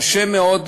קשה מאוד